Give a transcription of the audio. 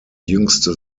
jüngste